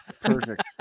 perfect